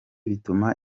bituma